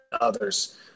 others